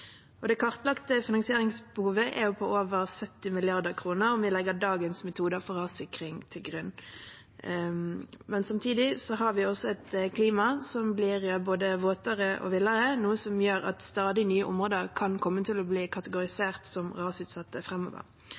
Det kartlagte finansieringsbehovet er på over 70 mrd. kr, om vi legger dagens metoder for rassikring til grunn. Samtidig har vi et klima som blir både våtere og villere, noe som gjør at stadig nye områder kan komme til å bli kategorisert som rasutsatte